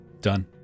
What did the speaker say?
done